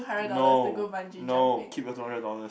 no no keep your two hundred dollars